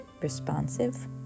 responsive